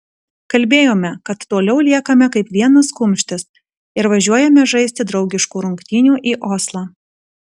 kalbėjome kad toliau liekame kaip vienas kumštis ir važiuojame žaisti draugiškų rungtynių į oslą